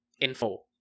info